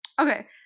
okay